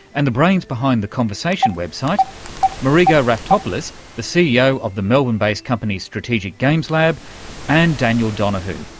and the brains behind the conversation website marigo raftopoulos, the ceo of the melbourne-based company strategic games lab and daniel donahoo,